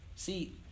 See